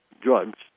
drugs